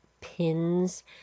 pins